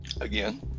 again